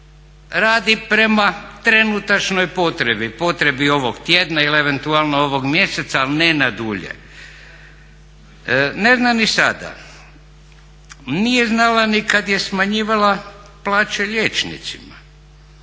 Radi prema trenutačnoj potrebi, potrebi ovog tjedna ili eventualno ovog mjeseca, ali ne na dulje. Ne zna ni sada, nije znala ni kad je smanjivala plaće liječnicima